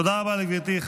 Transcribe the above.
תודה רבה לגברתי.